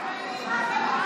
אחלה ממשלה.